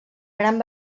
gran